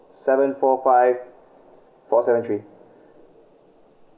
seven four five four seven three